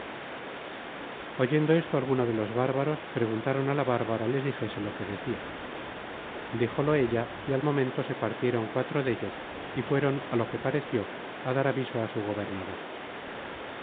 oyendo esto algunos de los bárbaros preguntaron á la bárbara les dijese lo que decia díjolo ella y al momento se partieron cuatro dellos y fueron á lo que pareció á dar aviso á su gobernador